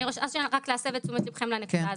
אני רוצה רק להסב את תשומת ליבכם לנקודה הזו.